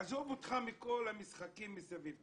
עזוב אותך מכל המשחקים מסביב,